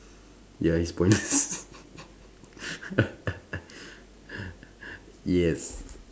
ya it's pointless yes